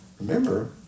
Remember